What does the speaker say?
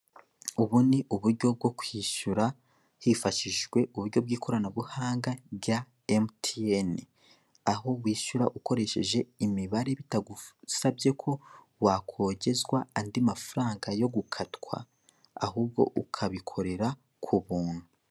Ubu ni uburyo bwo kwishyura hifashishijwe uburyo bw'ikoranabuhanga rya emutiyeni. Aho wishyura ukoresheje imibare bitagusabye ko wakongezwa andi mafaranga yo gukatwa ahubwo ukabikorera ku buntu.